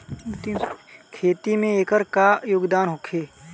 खेती में एकर का योगदान होखे?